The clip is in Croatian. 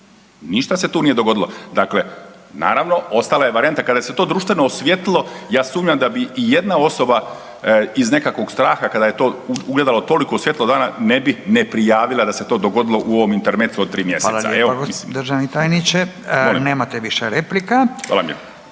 ništa se tu nije dogodilo. Dakle, naravno ostala je varijanta kada se to društveno osvijetlilo ja sumnjam da bi ijedna osoba iz nekakvog straha kada je to ugledalo toliko svjetlo dana ne bi ne prijavila da se to dogodilo u ovom intermecu od tri mjeseca. **Radin, Furio (Nezavisni)** Hvala lijepa državni tajniče, nemate više replika.